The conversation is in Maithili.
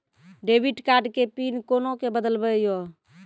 डेबिट कार्ड के पिन कोना के बदलबै यो?